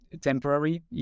temporary